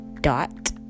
dot